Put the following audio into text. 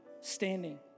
standing